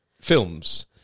films